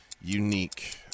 unique